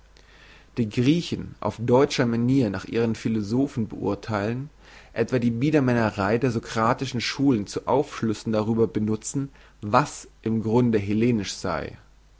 die griechen auf deutsche manier nach ihren philosophen beurtheilen etwa die biedermännerei der sokratischen schulen zu aufschlüssen darüber benutzen was im grunde hellenisch sei